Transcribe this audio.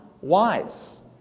wise